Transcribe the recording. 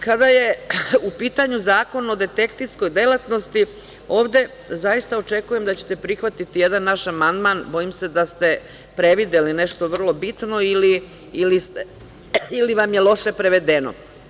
Kada je u pitanju zakon o detektivskoj delatnosti, ovde zaista očekujem da ćete prihvatiti jedan naš amandman, bojim se da ste prevideli nešto vrlo bitno ili vam je loše prevedeno.